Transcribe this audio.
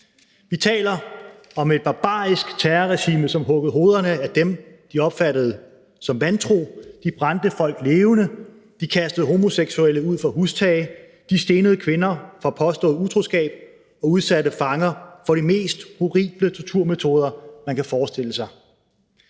Vi taler om et barbarisk terrorregime, som huggede hovederne af dem, de opfattede som vantro. De brændte folk levende, de kastede homoseksuelle ud fra hustage, de stenede kvinder for påstået utroskab, og de udsatte fanger for de mest horrible torturmetoder, man kan forestille sig.